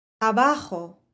Abajo